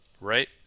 right